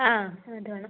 ആ എന്നിട്ട് വേണം